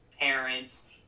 parents